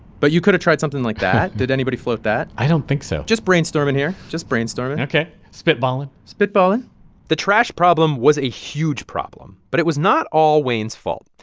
but you could've tried something like that. did anybody float that? i don't think so just brainstorming here just brainstorming ok, spitballing spitballing the trash problem was a huge problem, but it was not all wayne's fault.